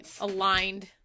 aligned